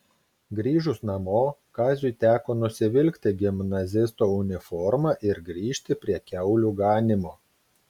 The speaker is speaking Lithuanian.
grįžus namo kaziui teko nusivilkti gimnazisto uniformą ir grįžti prie kiaulių ganymo